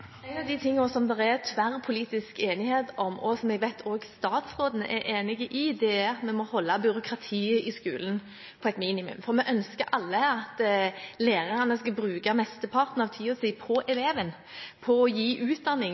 En av de tingene som det er tverrpolitisk enighet om, og som jeg vet at også statsråden er enig i, er at vi må holde byråkratiet i skolen på et minimum, for vi ønsker alle at lærerne skal bruke mesteparten av tiden sin på elevene, på å gi utdanning,